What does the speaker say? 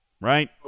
Right